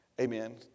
amen